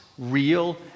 Real